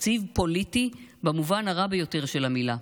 תקציב פוליטי במובן הרע ביותר של המילה,